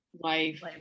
life